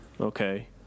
Okay